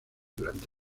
durante